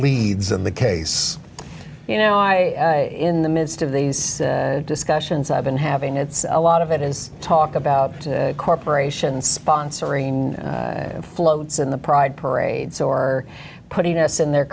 leads in the case you know i in the midst of these discussions i've been having it's a lot of it is talk about corporations sponsoring floats in the pride parades or putting us in their